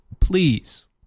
Please